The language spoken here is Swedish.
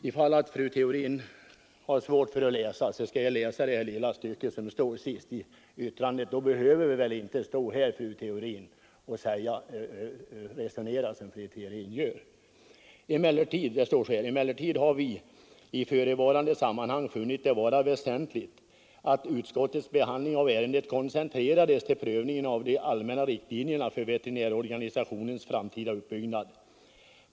Ifall fru Theorin har svårt att läsa, skall jag läsa upp det lilla stycke som står sist i det särskilda yttrandet, sedan behöver vi inte stå här och höra fru Theorin resonera som hon gör: ”Emellertid har vi i förevarande sammanhang funnit det vara väsentligt att utskottets behandling av ärendet koncentrerades till prövningen av de allmänna riktlinjerna för veterinärorganisationens framtida uppbyggnad.